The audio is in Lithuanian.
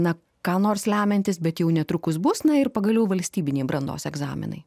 na ką nors lemiantis bet jau netrukus bus na ir pagaliau valstybiniai brandos egzaminai